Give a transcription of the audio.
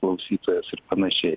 klausytojas ir panašiai